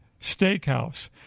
Steakhouse